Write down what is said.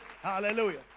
hallelujah